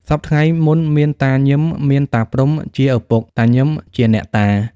សព្វថ្ងៃមុនមានតាញឹម មានតាព្រំុជាឪពុក តាញឹមជាអ្នកតា។